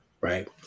Right